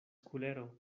kulero